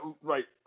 Right